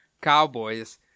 cowboys